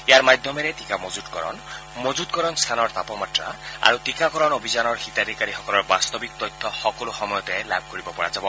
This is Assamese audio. ইয়াৰ মাধ্যমেৰে টীকা মজুতকৰণ মজুতকৰণ স্থানৰ তাপমাত্ৰা আৰু টীকাকৰণ অভিযানৰ হিতাধিকাৰীসকলৰ বাস্তৱিক তথ্য সকলো সময়তে লাভ কৰিব পৰা যাব